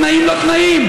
תנאים לא תנאים,